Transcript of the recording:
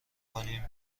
کنیم